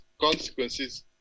consequences